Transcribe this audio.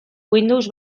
windows